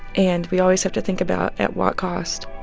and we always have to think about at what cost?